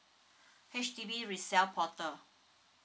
H_D_B resale portal